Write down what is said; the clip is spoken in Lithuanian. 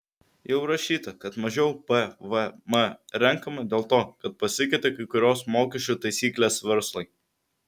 jau rašyta kad mažiau pvm renkama dėl to kad pasikeitė kai kurios mokesčių taisyklės verslui